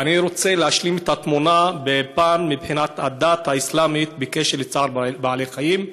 אני רוצה להשלים את התמונה מבחינת הדת האסלאמית בקשר לצער בעלי-חיים,